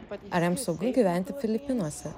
ar jam saugu gyventi filipinuose